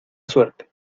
suerte